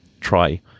try